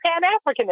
Pan-Africanist